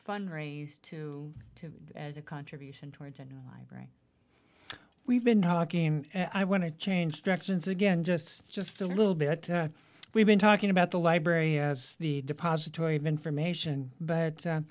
fundraise to to as a contribution towards a new library we've been talking i want to change directions again just just a little bit we've been talking about the library as the depository of information but